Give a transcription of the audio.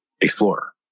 explorer